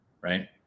Right